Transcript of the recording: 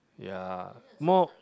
ya more